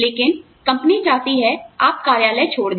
लेकिन कंपनी चाहती है आप कार्यालय छोड़ दे